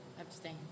Abstain